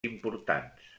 importants